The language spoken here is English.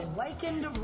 Awakened